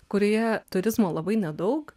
kurioje turizmo labai nedaug